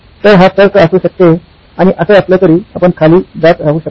तर हा तर्क असू शकते आणि असं असलं तरी आपण खाली जात राहू शकता